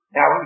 Now